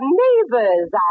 neighbors